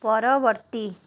ପରବର୍ତ୍ତୀ